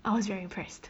I was very impressed